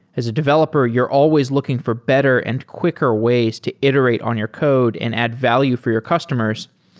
as a developer, you're always looking for better and quicker ways to iterate on your code and add value for your customers.